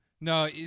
No